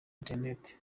internet